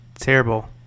terrible